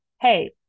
hey